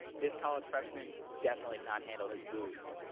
this college freshman definitely cannot handle his booze.